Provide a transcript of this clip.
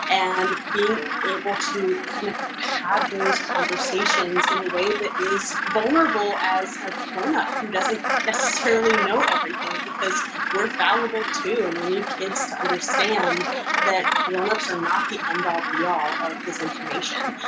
and being able to kind of have those conversations in a way that is vulnerable as a grown up, who doesn't necessarily know everything because we're fallible, too. and we need kids to understand that grown ups are not the end all, be all of this information.